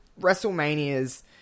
WrestleMania's